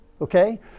Okay